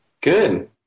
Good